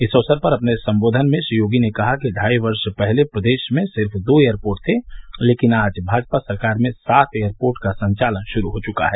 इस अवसर पर अपने संबोधन में श्री योगी ने कहा कि ढाई वर्ष पहले प्रदेश में सिर्फ दो एयरपोर्ट थे लेकिन आज भाजपा सरकार में सात एयरपोर्ट का संचालन शुरू हो चुका है